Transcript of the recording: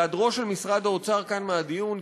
בהיעדרו של משרד האוצר כאן מהדיון,